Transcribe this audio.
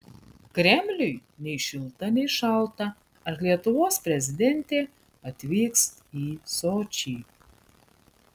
kremliui nei šilta nei šalta ar lietuvos prezidentė atvyks į sočį